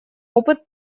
опыт